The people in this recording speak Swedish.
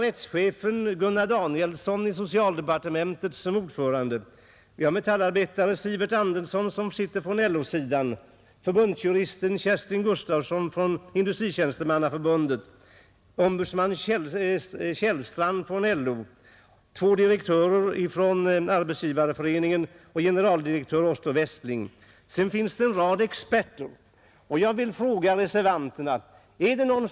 Rättschefen Gunnar Danielson i socialdepartementet är ordförande, och vidare ingår i utredningen metallarbetaren Sivert Andersson från LO-sidan, förbundsjuristen Kerstin Gustafsson från Industritjänstemannaförbundet, ombudsman Leif Kjellstrand från LO, två direktörer från Arbetsgivareföreningen och generaldirektör Otto Westling. Därutöver finns det en rad experter.